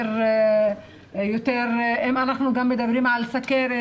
אם מדברים גם על סכרת,